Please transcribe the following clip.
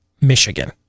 Michigan